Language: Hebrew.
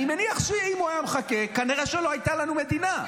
אני מניח שאם הוא היה מחכה כנראה שלא הייתה לנו מדינה.